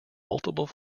multiple